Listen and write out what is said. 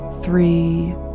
Three